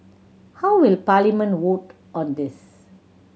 how will Parliament vote on this